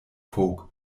folk